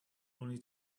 only